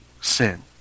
sin